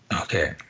Okay